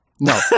No